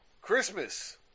Christmas